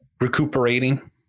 recuperating